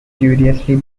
curiously